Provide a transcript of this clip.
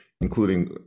including